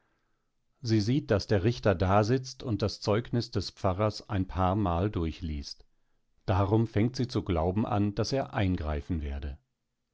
sie sieht daß der richter dasitzt und das zeugnis des pfarrers ein paarmal durchliest darum fängt sie zu glauben an daß er eingreifen werde